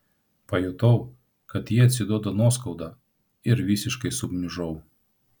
pajutau kad ji atsiduoda nuoskauda ir visiškai sugniužau